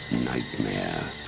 nightmare